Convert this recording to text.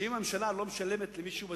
שאם הממשלה לא משלמת למישהו בזמן,